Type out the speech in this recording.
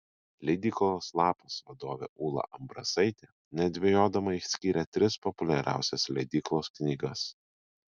leidyklos lapas vadovė ūla ambrasaitė nedvejodama išskyrė tris populiariausias leidyklos knygas